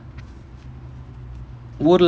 ஊர்ல:oorla